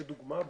לדוגמה,